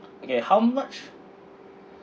okay how much